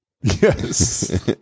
Yes